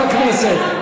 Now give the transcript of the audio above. חברות הכנסת,